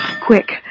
Quick